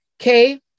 Okay